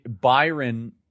Byron